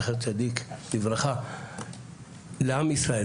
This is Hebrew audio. זכר צדיק לברכה לעם ישראל,